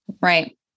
Right